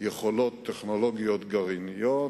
יכולות טכנולוגיות גרעיניות,